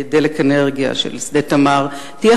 "דלק אנרגיה" ושל "נובל אנרג'י" על כך